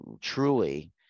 truly